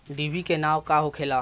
डिभी के नाव का होखेला?